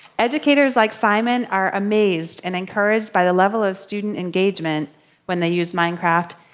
educators like simon are amazed and encouraged by the level of student engagement when they use minecraft,